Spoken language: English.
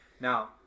Now